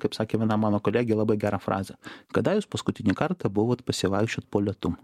kaip sakė viena mano kolegė labai gerą frazę kada jūs paskutinį kartą buvot pasivaikščiot po lietum